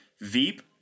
Veep